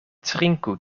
trinku